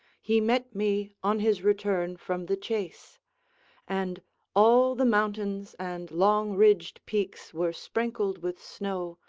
he met me on his return from the chase and all the mountains and long ridged peaks were sprinkled with snow,